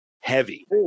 heavy